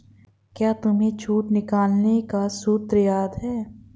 क्या तुम्हें छूट निकालने का सूत्र याद है?